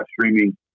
streaming